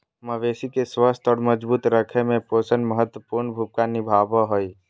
मवेशी के स्वस्थ और मजबूत रखय में पोषण महत्वपूर्ण भूमिका निभाबो हइ